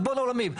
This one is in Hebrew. ריבון העולמים.